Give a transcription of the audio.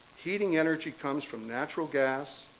heating energy comes from natural gas,